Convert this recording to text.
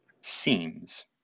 seems